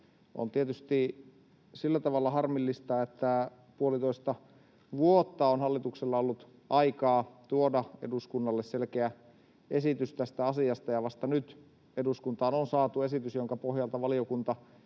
On tietysti sillä tavalla harmillista, että puolitoista vuotta on hallituksella ollut aikaa tuoda eduskunnalle selkeä esitys tästä asiasta ja vasta nyt eduskuntaan on saatu esitys, jonka pohjalta valiokunta